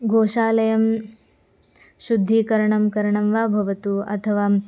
गोशालायाः शुद्धीकरणं करणं वा भवतु अथवा